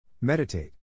Meditate